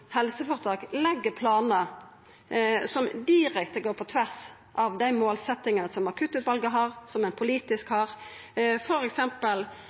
helseføretak legg planar som direkte går på tvers av dei målsettingane som akuttutvalet har, og som ein politisk